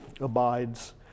abides